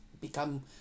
become